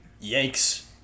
Yanks